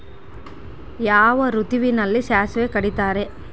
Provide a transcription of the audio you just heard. ಯಾವ ಋತುವಿನಲ್ಲಿ ಸಾಸಿವೆ ಕಡಿತಾರೆ?